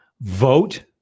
Vote